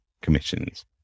commissions